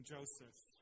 Joseph